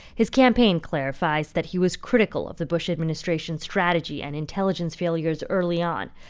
his campaign clarifies that he was critical of the bush administration's strategy and intelligence failures early on.